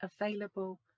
available